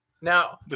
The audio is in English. Now